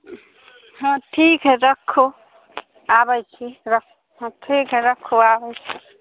उँ हँ ठीक हइ रखू आबै छी रक हँ ठीक हइ रखू आबै छी